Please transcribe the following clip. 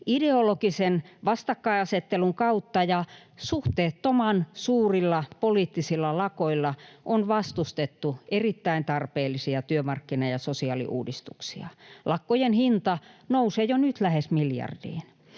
ideologisen vastakkainasettelun kautta ja suhteettoman suurilla poliittisilla lakoilla on vastustettu erittäin tarpeellisia työmarkkina- ja sosiaaliuudistuksia. Lakkojen hinta nousee jo nyt lähes miljardiin.